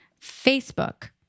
Facebook